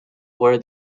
were